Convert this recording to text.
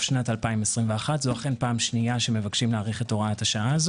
שנת 2021. זו אכן הפעם השנייה שמבקשים להאריך אותה.